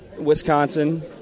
Wisconsin